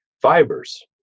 fibers